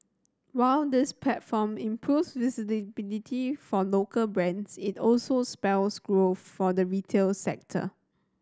while this platform improves for local brands it also spells growth for the retail sector